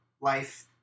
life